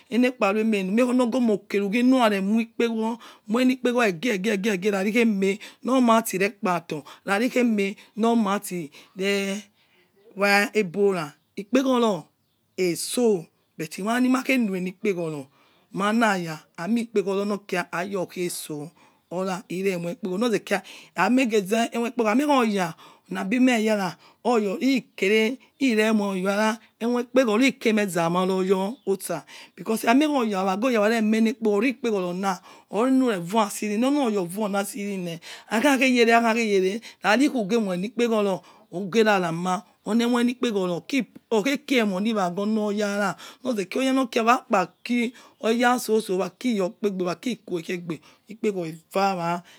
Ela kpa aimie ro unire ologomu orkese ughie moi ele ekpeghoro eyie eyie, egie khasi kheme lo mati nekpa to khaci kheme lo mati ne wa. Bora ekpeghoro aiso but mailema lighe lieli kpeghoro malaya aimie ekpeghoro aiyo khe'so orare lare emio ekpeghoro aimie oya labil me eyara oya ikere iremo aiwara emokpeghoro ikere me zo' moooyo osa because aimia oya magha oya khamie lekpa ohire vo'as ri le ulo lo oya vcasici akha kha rele akhakha ge rele khaci ughe moile ughe ra ramia olemoile ekpeghoro ra oghe kire emo yolo oyara loze kira wakpa kiri oya soso wa kiri iyokpe aigbe ekpeghoro vawa ya